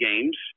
games